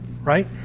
right